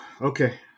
Okay